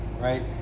right